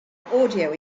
audio